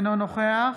אינו נוכח